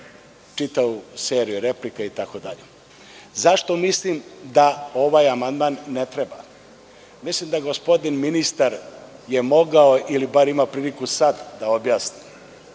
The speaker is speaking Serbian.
čitavu seriju replika.Zašto mislim da ovaj amandman ne treba? Mislim da je gospodin ministar mogao ili je bar imao priliku sada da objasni